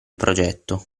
progetto